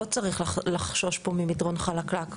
לא צריך לחשוש פה ממדרון חלקלק.